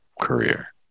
career